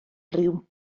ryw